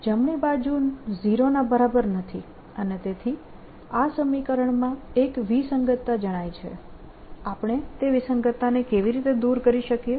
જમણી બાજુ 0 ના બરાબર નથી અને તેથી આ સમીકરણમાં એક વિસંગતતા જણાય છે આપણે તે વિસંગતતાને કેવી રીતે દૂર કરી શકીએ